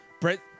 Brett